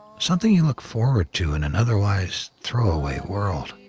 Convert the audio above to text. something you look forward to in an otherwise throw away world.